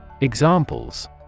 Examples